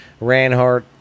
Ranhart